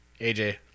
aj